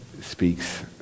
speaks